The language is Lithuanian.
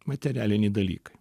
materialiniai dalykai